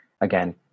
again